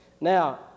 Now